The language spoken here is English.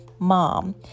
mom